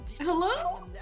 Hello